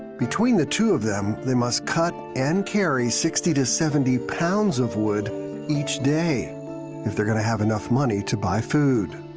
between the two of them, they must cut and carry sixty to seventy pounds of wood each day if they're going to have enough money to buy food.